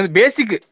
basic